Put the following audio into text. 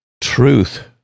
truth